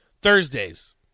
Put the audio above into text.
Thursdays